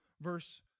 verse